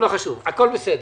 הכול בסדר.